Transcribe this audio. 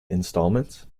instalments